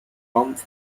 comes